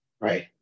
right